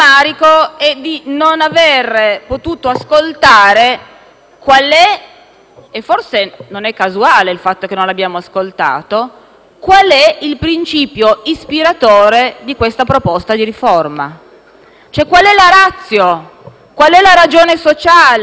- forse non è casuale il fatto che non l'abbiamo ascoltato - il principio ispiratore di questa proposta di riforma. Qual è la *ratio*, la ragione sociale e la rivoluzione che ci state proponendo?